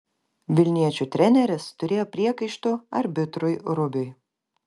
vilniečių treneris turėjo priekaištų arbitrui rubiui